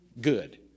Good